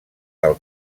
del